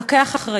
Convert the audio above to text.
לוקח אחריות.